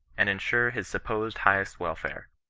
and ensure his supposed highest welfare.